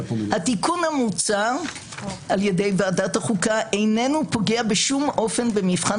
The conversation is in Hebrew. התיקון המוצע איננו פוגע בשום אופן במבחן